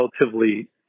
relatively